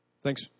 Thanks